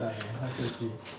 tak lah aku okay